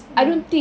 ya